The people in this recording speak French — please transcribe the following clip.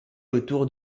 autour